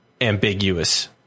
ambiguous